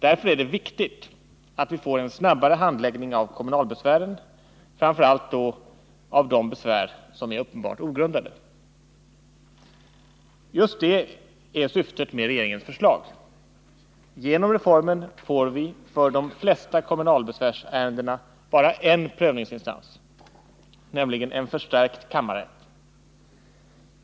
Därför är det viktigt att vi får en snabbare handläggning av kommunalbesvären, framför allt då av de besvär som är uppenbart ogrundade. Just det är syftet med regeringens förslag. Genom reformen får vi för de flesta kommunalbesvärsärendena bara en prövningsinstans, nämligen en förstärkt kammarrätt.